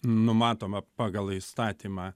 numatomą pagal įstatymą